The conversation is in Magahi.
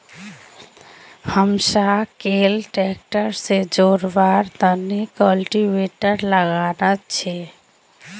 हमसाक कैल ट्रैक्टर से जोड़वार तने कल्टीवेटर लाना छे